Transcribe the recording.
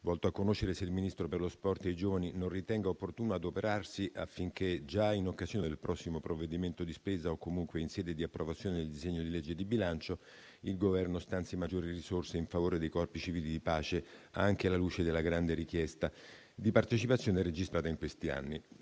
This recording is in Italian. volto a conoscere se il Ministro per lo sport e i giovani non ritenga opportuno adoperarsi affinché, già in occasione del prossimo provvedimento di spesa o comunque in sede di approvazione del disegno di legge di bilancio, il Governo stanzi maggiori risorse in favore dei Corpi civili di pace, anche alla luce della grande richiesta di partecipazione registrata in questi anni.